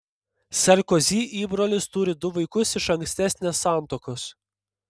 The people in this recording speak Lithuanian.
sarkozy įbrolis turi du vaikus iš ankstesnės santuokos